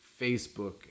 Facebook